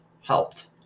helped